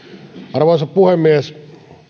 arvoisa puhemies